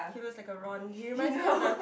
he looks like a Ron he reminds me of the